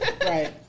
Right